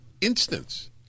instance